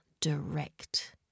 direct